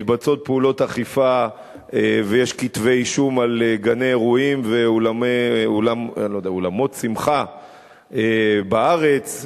מתבצעות פעולות אכיפה ויש כתבי אישום לגני-אירועים ואולמות שמחה בארץ,